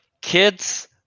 kids